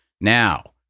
Now